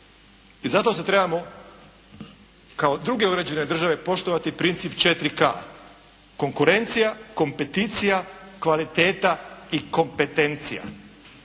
i zato se trebamo kao druge uređene države poštovati princip 4K, konkurencija, kompeticija, kvaliteta i kompetencija.